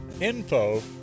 info